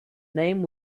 name